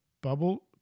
bubble